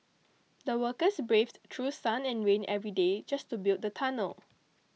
the workers braved through sun and rain every day just to build the tunnel